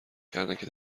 کردندکه